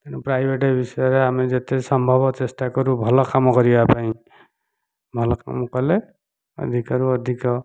private ବିଷୟରେ ଆମେ ଯେତେ ସମ୍ଭବ ଚେଷ୍ଟା କରୁ ଭଲ କାମ କରିବାପାଇଁ ଭଲ କାମ କଲେ ଅଧିକାରୁ ଅଧିକ